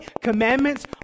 commandments